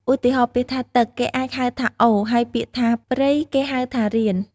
ឧទាហរណ៍ ពាក្យថា "ទឹក" គេអាចហៅថា "អូរ" ហើយពាក្យថា "ព្រៃ" គេហៅថា "រៀន"។